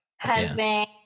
husband